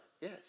Yes